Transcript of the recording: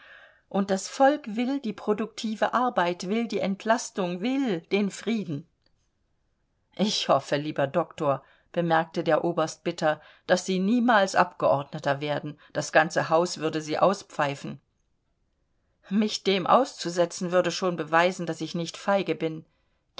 und das volk will die produktive arbeit will die entlastung will den frieden ich hoffe lieber doktor bemerkte der oberst bitter daß sie niemals abgeordneter werden das ganze haus würde sie auspfeifen mich dem auszusetzen würde schon beweisen daß ich nicht feige bin